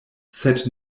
sed